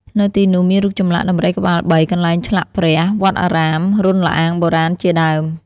នៅទីនោះមានរូបចម្លាក់ដំរីក្បាលបី កន្លែងឆ្លាក់ព្រះ វត្តអារាម រន្ធល្អាងបុរាណជាដើម។